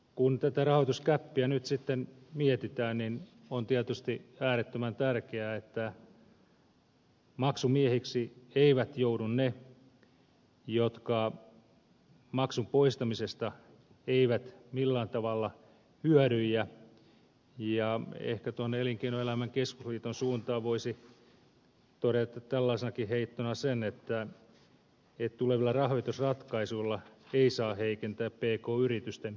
kun tätä rahoitusgäppiä nyt sitten mietitään niin on tietysti äärettömän tärkeää että maksumiehiksi eivät joudu ne jotka maksun poistamisesta eivät millään tavalla hyödy ja ehkä elinkeinoelämän keskusliiton suuntaan voisi todeta tällaisena heittona sen että tulevilla rahoitusratkaisuilla ei saa heikentää pk yritysten kannattavuutta